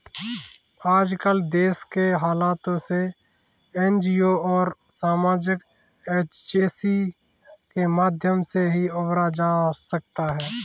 आजकल देश के हालातों से एनजीओ और सामाजिक एजेंसी के माध्यम से ही उबरा जा सकता है